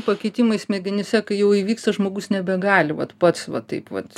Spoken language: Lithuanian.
pakitimai smegenyse kai jau įvyksta žmogus nebegali vat pats va taip vat